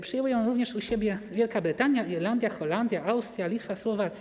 Przyjęły ją również u siebie Wielka Brytania, Irlandia, Holandia, Austria, Litwa, Słowacja.